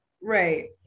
Right